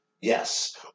Yes